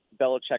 Belichick